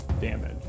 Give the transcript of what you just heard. damage